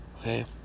okay